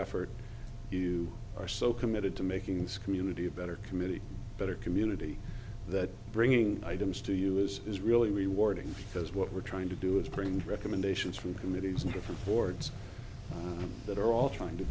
effort you are so committed to making this community a better community better community that bringing items to you is is really rewarding because what we're trying to do is bring recommendations from committees and different boards that are all trying to